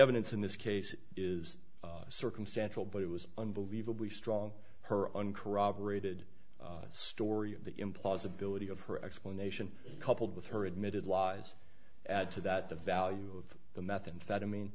evidence in this case is circumstantial but it was unbelievably strong her uncorroborated story of the implausibility of her explanation coupled with her admitted lies add to that the value of the methods that i mean